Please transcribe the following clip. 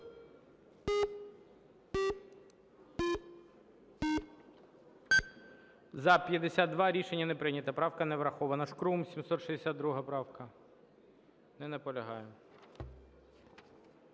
За-52 Рішення не прийнято. Правка не врахована. Шкрум, 762 правка. Не наполягає.